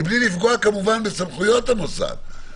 מבלי לפגוע בסמכויות המוסד.